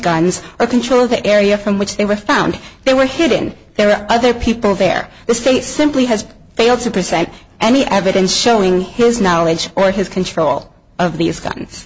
guns or control the area from which they were found they were hidden there are other people there the state simply has failed to present any evidence showing his knowledge or his control of these guns